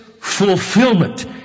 fulfillment